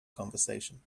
conversation